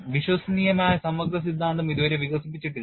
വിശ്വസനീയമായ സമഗ്ര സിദ്ധാന്തം ഇതുവരെ വികസിപ്പിച്ചിട്ടില്ല